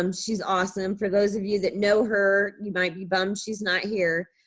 um she's awesome. for those of you that know her, you might be bummed she's not here.